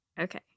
okay